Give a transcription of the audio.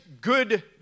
good